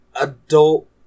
adult